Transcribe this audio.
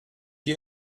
you